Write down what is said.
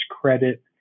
credit